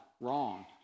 wrong